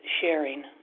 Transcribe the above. sharing